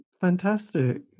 Fantastic